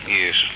yes